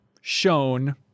shown